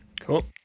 cool